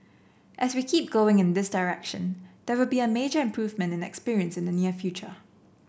as we keep going in this direction there will be a major improvement in experience in the near future